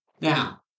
Now